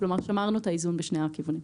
כלומר, שמרנו את האיזון בשני הכיוונים.